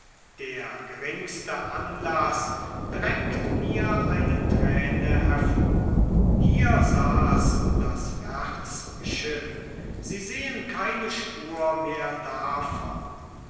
der geringste anlaß drängt mir eine träne hervor hier saß das wärzchen sie sehen keine spur mehr davon